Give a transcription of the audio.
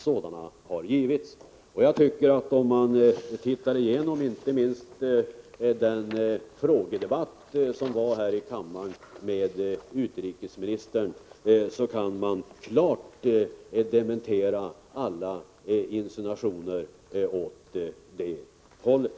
Om man tittar igenom materialet från det som skett, inte minst protokollet från den frågedebatt som ägde rum här i riksdagen med utrikesministern, kan man klart dementera alla insinuationer åt det hållet.